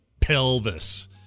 pelvis